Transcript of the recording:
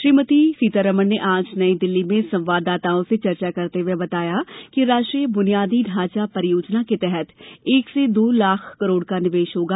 श्रीमती सीतारमण ने आज नई दिल्ली में संवाददाताओं से चर्चा करते हुये बताया कि राष्ट्रीय बुनियादी ढांचा परियोजना के तहत एक से दो लाख करोड़ का निवेश होगा